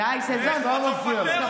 תן לשמוע.